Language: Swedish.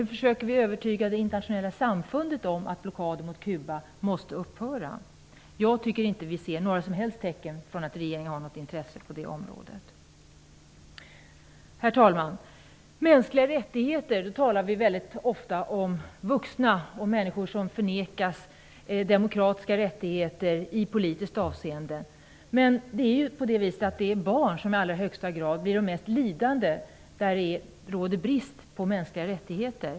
Hur försöker man övertyga det internationella samfundet om att blockaden mot Cuba måste upphöra? Jag tycker inte att vi kan se några som helst tecken på att regeringen har något intresse på det området. Herr talman! När vi talar om mänskliga rättigheter talar vi ofta om vuxna som förnekas demokratiska rättigheter i politiskt avseende. Men det är barn som i allra högsta grad blir mest lidande när det råder brist på mänskliga rättigheter.